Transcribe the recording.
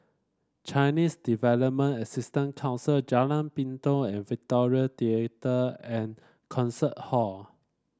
Chinese Development Assistance Council Jalan Pintau and Victoria Theatre and Concert Hall